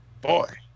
Boy